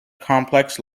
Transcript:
complex